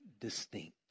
distinct